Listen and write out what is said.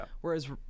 Whereas